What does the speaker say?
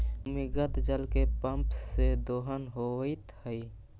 भूमिगत जल के पम्प से दोहन होइत हई